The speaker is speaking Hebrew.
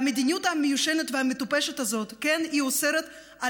המדיניות המיושנת והמטופשת הזאת אוסרת על